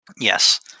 Yes